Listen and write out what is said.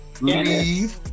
leave